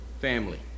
family